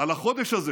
על החודש הזה